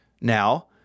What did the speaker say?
Now